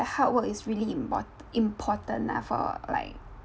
hard work is really import~ important lah for like